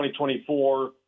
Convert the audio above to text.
2024